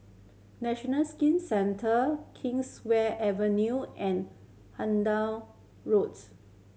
National Skin Centre Kingswear Avenue and Hendon Roads